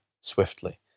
swiftly